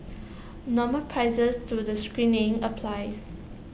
normal prices to the screenings applies